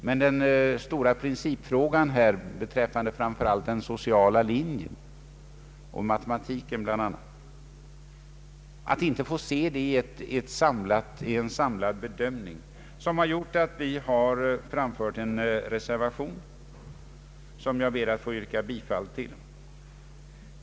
Men den stora principfrågan om framför allt den sociala linjen och matematiken har vi inte fått se i en samlad bedömning. Vi har därför framlagt en reservation som jag ber att få yrka bifall till.